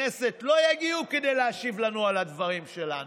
כנסת לא יגיעו כדי להשיב לנו על הדברים שלנו.